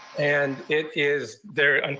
and it is there.